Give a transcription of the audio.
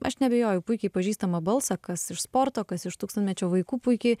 aš neabejoju puikiai pažįstamą balsą kas iš sporto kas iš tūkstantmečio vaikų puikiai